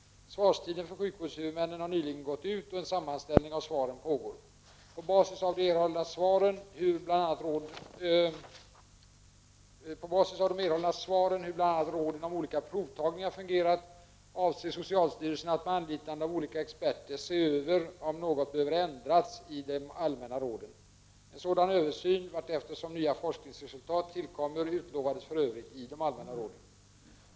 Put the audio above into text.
Svarstiden för sjukvårdshuvudmännen har nyligen gått ut, och en sammanställning av svaret pågår. På basis av de erhållna svaren, hur bl.a. råden om olika provtagningar fungerat, avser socialstyrelsen att med anlitande av olika experter se över om något behöver ändras i de allmänna råden. En sådan översyn vartefter som nya forskningsresultat tillkommer utlovades för övrigt i de allmänna råden.